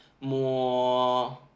more